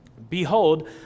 Behold